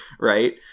right